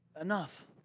Enough